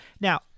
Now